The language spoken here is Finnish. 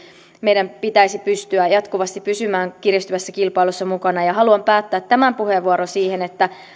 meidän pitäisi pystyä jatkuvasti pysymään kiristyvässä kilpailussa mukana haluan päättää tämän puheenvuoron siihen että